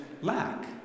lack